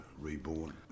Reborn